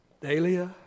Dahlia